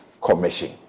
Commission